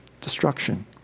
destruction